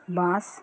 bus